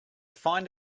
find